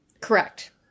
Correct